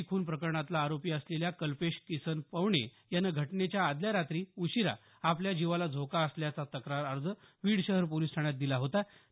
तिहेरी खून प्रकरणातला आरोपी असलेल्या कल्पेश किसन पवणे यानं घटनेच्या आदल्या रात्री उशिरा आपल्या जीवाला धोका असल्याचा तक्रार अर्ज बीड शहर पोलिस ठाण्यात दिला होता